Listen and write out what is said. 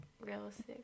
realistic